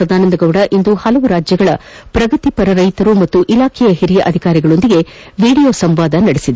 ಸದಾನಂಗೌಡ ಇಂದು ಹಲವು ರಾಜ್ಯಗಳ ಪ್ರಗತಿಪರ ರೈತರು ಹಗೂ ಇಲಾಖೆಯ ಹಿರಿಯ ಅಧಿಕಾರಿಗಳೋಂದಿಗೆ ವಿಡಿಯೋ ಸಂವಾದ ನಡೆಸಿದರು